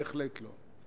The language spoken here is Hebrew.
בהחלט לא.